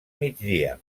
migdia